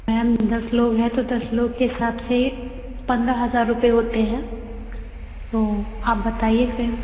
ma'am दस लोग हैं तो दस लोग के हिसाब से पंद्रह हज़ार रुपए होते हैं तो आप बताइए फिर